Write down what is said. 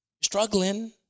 Struggling